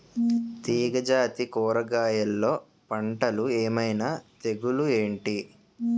తీగ జాతి కూరగయల్లో పంటలు ఏమైన తెగులు ఏంటి?